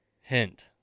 Hint